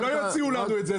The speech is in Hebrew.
הם לא יציעו לנו את זה.